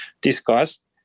discussed